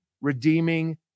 redeeming